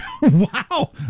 wow